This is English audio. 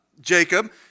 Jacob